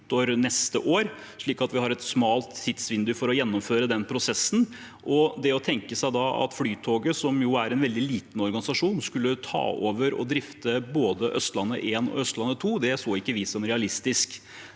neste år, slik at vi har et smalt tidsvindu for å gjennomføre den prosessen. Det å da tenke seg at Flytoget, som jo er en veldig liten organisasjon, skulle ta over og drifte både Østlandet 1 og Østlandet 2, så ikke vi som realistisk.